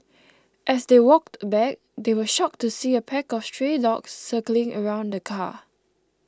as they walked back they were shocked to see a pack of stray dogs circling around the car